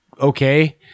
okay